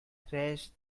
thresh